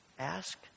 Ask